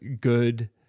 good